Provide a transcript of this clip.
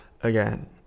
again